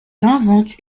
invente